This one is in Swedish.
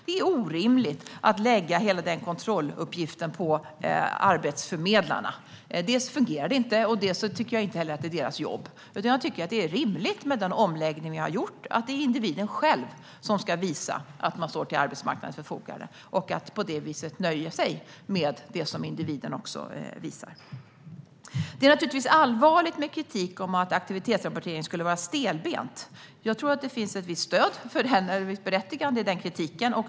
Det är orimligt att lägga hela den kontrolluppgiften på arbetsförmedlarna - dels fungerar det inte, dels är det inte deras jobb. Jag tycker att det är rimligt med den omläggning som vi har gjort, att det är individen själv som ska visa att man står till arbetsmarknadens förfogande. På det viset får arbetsförmedlarna nöja sig med det som individen visar. Det är naturligtvis allvarligt med kritik om att aktivitetsrapporteringen skulle vara stelbent. Jag tror att det finns ett visst berättigande för den kritiken.